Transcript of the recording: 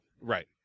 Right